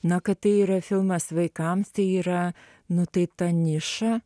na kad tai yra filmas vaikams tai yra nu tai ta niša